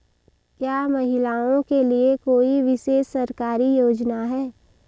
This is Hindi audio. क्या महिलाओं के लिए कोई विशेष सरकारी योजना है?